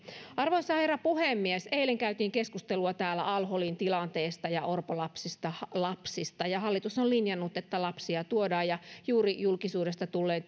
arvoisa herra puhemies eilen käytiin keskustelua täällä al holin tilanteesta ja orpolapsista ja hallitus on linjannut että lapsia tuodaan juuri julkisuudesta tulleen